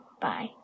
Bye